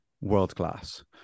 world-class